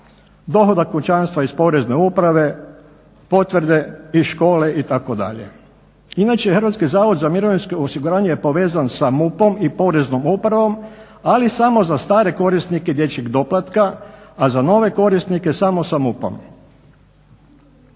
dohodak kućanstva iz Porezne uprave, potvrde iz škole itd. Inače HZMO je povezan sa MUP-om i Poreznom upravom ali samo za stare korisnike dječjeg doplatka, a za nove korisnike samo sa MUP-om.